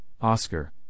Oscar